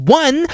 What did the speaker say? one